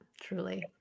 truly